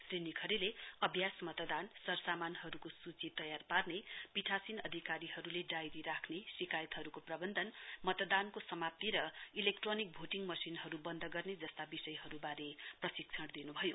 श्री निरवरेले अभ्यास मतदान सरसामानहरुको सूची तयार पार्ने पीटासीन अधिकारीहरुले डायरी राख्ने शिकायतहरुको प्रबन्धन मतदानको समाप्ति र इलेक्ट्रोनिक भोटिङ मशिनहरु बन्द गर्ने विषयहरुवारे पनि प्रशिक्षण दिनुभयो